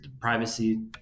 privacy